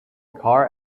car